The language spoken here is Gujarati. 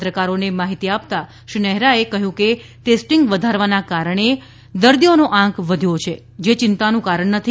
પત્રકારોને માહિતી આપતાં શ્રી નહેરાએ કહયુકે ટેસ્ટિંગ વધારવાના કારણે દર્દીઓનો આંક વધુ છે જે ચિંતાનું કારણ નથી